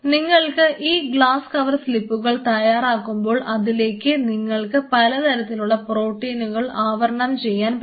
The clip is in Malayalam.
നിങ്ങൾക്ക് ഈ ഗ്ലാസ് കവർ സ്ലിപ്പുകൾ തയ്യാറാകുമ്പോൾ അതിലേക്ക് നിങ്ങൾക്ക് പലതരത്തിലുള്ള പ്രോട്ടീനുകൾ ആവരണം ചെയ്യാൻ പറ്റും